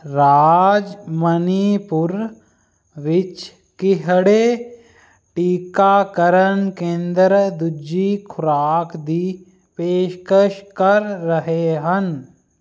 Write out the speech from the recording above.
ਰਾਜ ਮਣੀਪੁਰ ਵਿੱਚ ਕਿਹੜੇ ਟੀਕਾਕਰਨ ਕੇਂਦਰ ਦੂਜੀ ਖੁਰਾਕ ਦੀ ਪੇਸ਼ਕਸ਼ ਕਰ ਰਹੇ ਹਨ